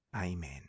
Amen